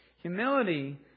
Humility